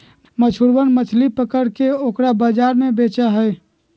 मछुरवन मछली पकड़ के ओकरा बाजार में बेचा हई